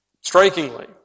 strikingly